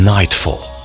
Nightfall